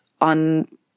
on